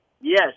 Yes